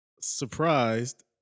surprised